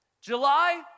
July